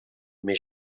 més